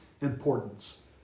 importance